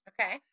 Okay